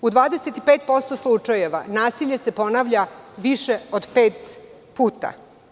U 25% slučajeva nasilje se ponavlja više od pet puta.